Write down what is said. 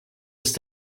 ist